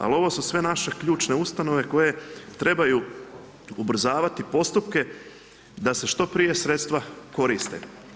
Ali ovo su sve naše ključne ustanove koje trebaju ubrzavati postupke da se što prije sredstva koriste.